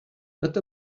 not